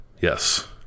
yes